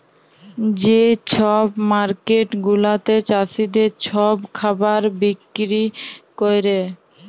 যে ছব মার্কেট গুলাতে চাষীদের ছব খাবার বিক্কিরি ক্যরে